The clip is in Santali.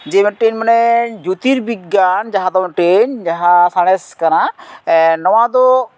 ᱡᱮ ᱢᱤᱫᱴᱤᱱ ᱢᱟᱱᱮ ᱡᱳᱛᱤᱨᱵᱤᱜᱽᱜᱟᱱ ᱡᱟᱦᱟᱸ ᱫᱚ ᱢᱤᱫᱴᱤᱱ ᱡᱟᱦᱟᱸ ᱥᱟᱬᱮᱥ ᱠᱟᱱᱟ ᱱᱚᱣᱟ ᱫᱚ